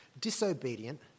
Disobedient